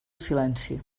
silenci